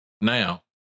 Now